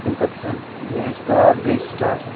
تمہِ پَتہٕ ہَسا گٔے اَسہِ کار بیٚیہِ سٹاٹ